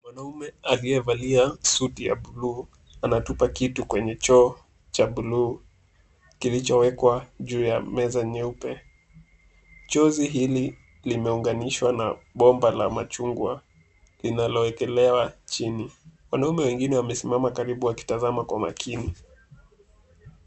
Mwanaume aliyevalia suti ya bluu anatupa kitu kwenye choo cha bluu kilichowekwa juu ya meza nyeupe. Chozi hili limeunganishwa na bomba la machungwa linalowekelewa chini. Wanaume wengine wamesimama karibu wakitazama kwa makini.